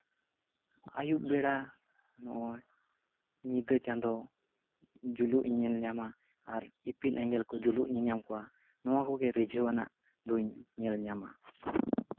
ᱟᱭᱩᱵ ᱵᱮᱲᱟ ᱱᱚᱜᱼᱚᱭ ᱧᱤᱫᱟᱹ ᱪᱟᱸᱫᱚ ᱡᱳᱞᱳᱜ ᱤᱧ ᱮᱞ ᱧᱟᱢᱟ ᱟᱨ ᱤᱯᱤᱞ ᱮᱸᱜᱮᱞ ᱠᱚ ᱡᱳᱞᱳᱜ ᱤᱧ ᱧᱮᱞᱧᱟᱢ ᱠᱚᱣᱟ ᱱᱚᱣᱟ ᱠᱚᱜᱮ ᱨᱤᱡᱷᱟᱹᱣᱟᱱᱟᱜ ᱫᱚᱹᱧ ᱧᱮᱞ ᱧᱟᱢᱟ